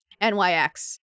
NYX